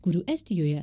kurių estijoje